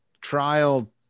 trial